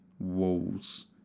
walls